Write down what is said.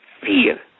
fear